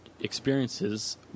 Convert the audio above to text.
experiences